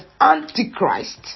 Antichrist